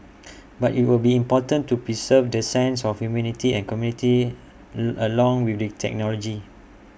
but IT will be important to preserve the sense of humanity and community along with the technology